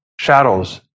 Shadows